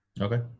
okay